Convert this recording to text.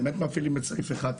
אם באמת מפעילים את סעיף 11,